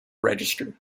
register